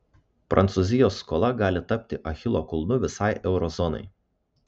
prancūzijos skola gali tapti achilo kulnu visai euro zonai